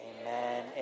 amen